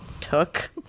took